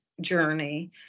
journey